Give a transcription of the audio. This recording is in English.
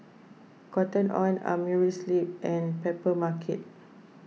Cotton on Amerisleep and Papermarket